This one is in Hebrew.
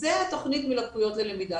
זו התכנית מלקויות ללמידה,